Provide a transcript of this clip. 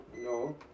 No